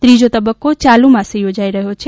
ત્રીજો તબક્કો યાલુ માસે યોજાઇ રહ્યો છે